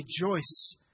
rejoice